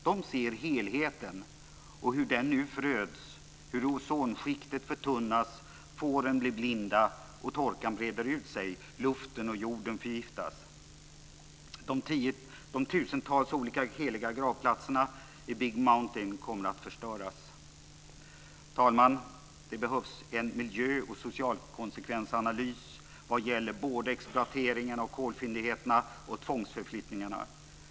De ser helheten och hur den nu föröds, hur ozonskiktet förtunnas, fåren blir blinda, torkan breder ut sig och hur luften och jorden förgiftas. De tusentals olika heliga gravplatserna i Big Mountain kommer att förstöras. Fru talman! Det behövs en miljö och socialkonsekvensanalys vad gäller både exploateringen av kolfyndigheterna och tvångsförflyttningarna.